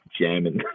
jamming